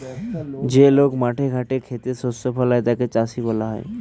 যে লোক মাঠে ঘাটে খেতে শস্য ফলায় তাকে চাষী বলা হয়